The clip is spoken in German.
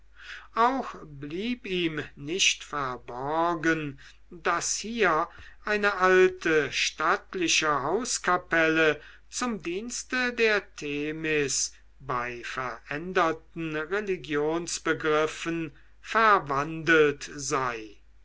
auch blieb ihm nicht verborgen daß hier eine alte stattliche hauskapelle zum dienste der themis bei veränderten religionsbegriffen verwandelt sei